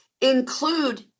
include